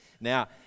Now